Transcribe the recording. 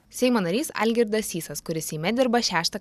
seimo narys algirdas sysas kuris seime dirba šeštą